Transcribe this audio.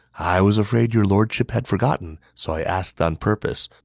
i was afraid your lordship had forgotten, so i asked on purpose.